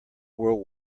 world